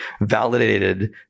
validated